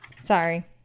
Sorry